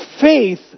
faith